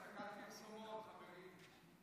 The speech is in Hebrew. הפסקת פרסומות, חברים.